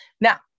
Now